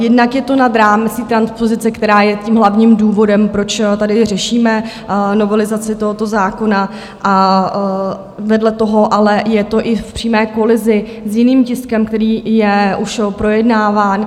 Jednak je to nad rámec transpozice, která je tím hlavním důvodem, proč tady řešíme novelizaci tohoto zákona, a vedle toho ale je to i v přímé kolizi s jiným tiskem, který je u všeho projednáván.